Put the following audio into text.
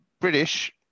british